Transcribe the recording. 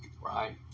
Right